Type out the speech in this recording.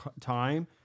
time